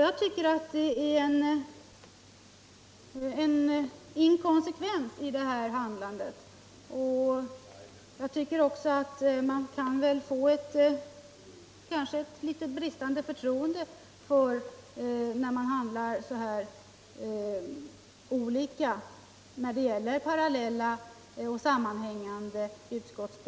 Jag tycker att det är en inkonsekvens i det här handlandet och att det naturligtvis skadar förtroendet när man handlar så här olika i parallella och sammanhängande frågor.